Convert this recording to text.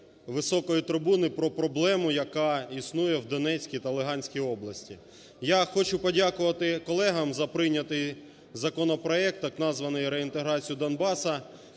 високої трибуни про проблему, яка існує в Донецькій та Луганській області. Я хочу подякувати колегам за прийнятий законопроект, так названий реінтеграцію Донбасу.